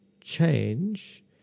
change